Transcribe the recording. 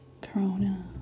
Corona